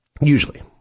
usually